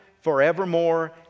forevermore